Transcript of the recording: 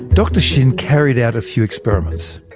dr shin carried out a few experiments.